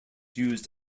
used